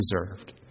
deserved